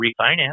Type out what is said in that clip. refinance